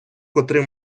котрий